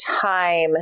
time